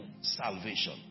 salvation